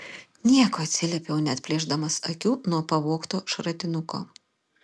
nieko atsiliepiau neatplėšdamas akių nuo pavogto šratinuko